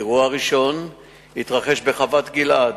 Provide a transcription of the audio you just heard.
האירוע הראשון התרחש בחוות-גלעד.